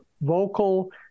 vocal